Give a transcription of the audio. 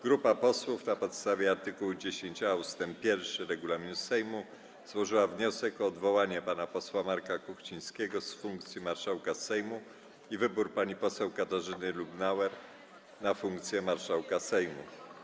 Grupa posłów na podstawie art. 10a ust. 1 regulaminu Sejmu złożyła wniosek o odwołanie pana posła Marka Kuchcińskiego z funkcji marszałka Sejmu i wybór pani poseł Katarzyny Lubnauer na funkcję marszałka Sejmu.